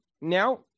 now